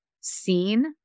seen